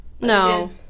No